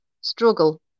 struggle